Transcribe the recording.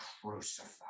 crucified